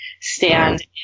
stand